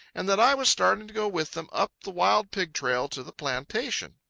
and that i was starting to go with them up the wild-pig trail to the plantation.